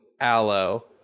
Aloe